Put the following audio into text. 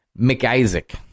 McIsaac